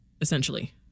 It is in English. essentially